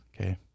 okay